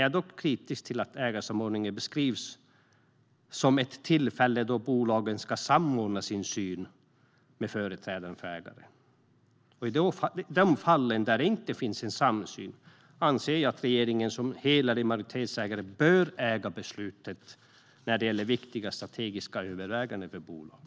Jag är dock kritisk till att ägarsamordningen beskrivs som ett tillfälle då bolagen ska samordna sin syn med företrädare för ägaren. I de fall där det inte finns en samsyn anser jag att regeringen som hel ägare och majoritetsägare bör äga beslutet när det gäller viktiga strategiska överväganden för bolaget.